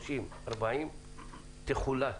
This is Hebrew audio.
30,000 או 40,000 שקל תחולט